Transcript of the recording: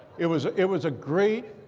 it was ah it was a great,